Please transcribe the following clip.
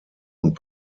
und